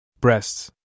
Breasts